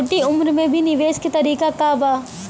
छोटी उम्र में भी निवेश के तरीका क बा?